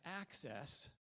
access